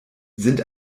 sind